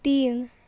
तीन